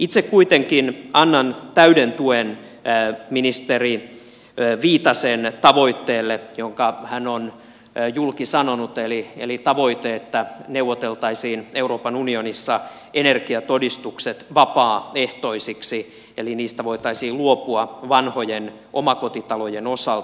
itse kuitenkin annan täyden tuen ministeri viitasen tavoitteelle jonka hän on julki sanonut eli tavoitteelle että neuvoteltaisiin euroopan unionissa energiatodistukset vapaaehtoisiksi eli niistä voitaisiin luopua vanhojen omakotitalojen osalta